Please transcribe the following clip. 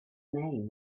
name